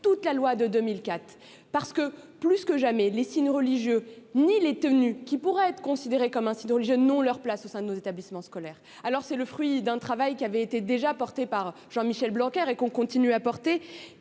toute la loi de 2004, parce que plus que jamais les signes religieux ni les tenues qui pourrait être considéré comme incident le jeune ont leur place au sein de nos établissements scolaires alors c'est le fruit d'un travail qui avait été déjà porté par Jean Michel Blanquer et qu'on continue à porter,